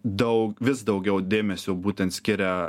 daug vis daugiau dėmesio būtent skiria